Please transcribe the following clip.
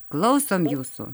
klausom jūsų